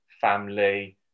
family